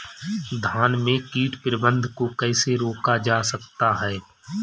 धान में कीट प्रबंधन को कैसे रोका जाता है?